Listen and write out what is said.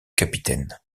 capitaine